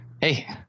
hey